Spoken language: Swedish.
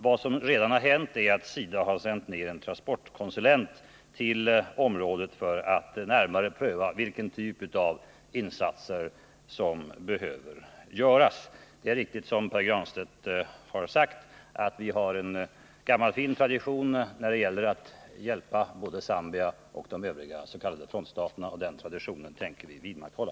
Vad som redan hänt är att SIDA har sänt ner en transportkonsulent till området för att närmare pröva vilken typ av insatser som behöver göras. Det är riktigt som Pär Granstedt har sagt att vi har en gammal fin tradition när det gäller att hjälpa Zambia och de övriga s.k. frontstaterna, och den traditionen tänker vi vidmakthålla.